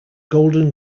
golden